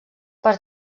per